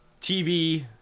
TV